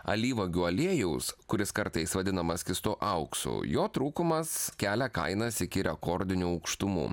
alyvuogių aliejaus kuris kartais vadinamas skystu auksu jo trūkumas kelia kainas iki rekordinių aukštumų